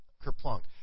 Kerplunk